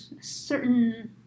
certain